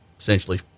Essentially